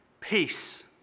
peace